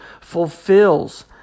fulfills